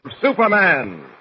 Superman